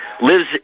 lives